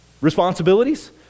responsibilities